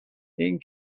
این